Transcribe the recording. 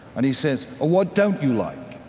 and he says or what don't you like?